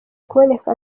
kuboneka